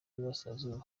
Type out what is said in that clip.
y’uburasirazuba